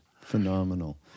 phenomenal